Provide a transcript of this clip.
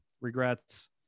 regrets